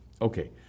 Okay